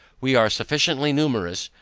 we are sufficiently numerous,